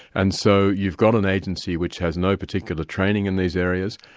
and so you've got an agency which has no particular training in these areas,